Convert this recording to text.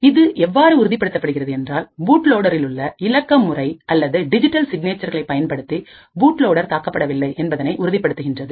இது எவ்வாறு உறுதிப்படுத்தப்படுகிறது என்றால்பூட்லோடேரிலுள்ள இலக்கமுறை அல்லது டிஜிட்டல் சிக்னேச்சர்களை பயன்படுத்தி பூட்லோடேர் தாக்கப்படவில்லை என்பதை உறுதிப்படுத்துகின்றது